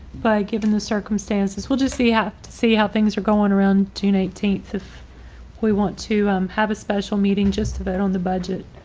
but given the circumstances, we'll just see how see how things are going around june eighteen. we want to have a special meeting just to vote on the budget.